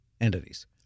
entities